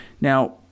Now